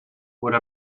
would